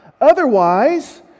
Otherwise